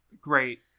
Great